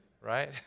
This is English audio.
right